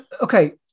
Okay